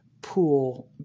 pool